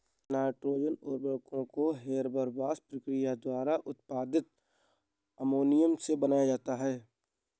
nitrogen उर्वरकों को Haber Bosch प्रक्रिया द्वारा उत्पादित अमोनिया से बनाया जाता है